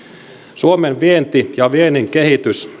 suomen vienti ja viennin kehitys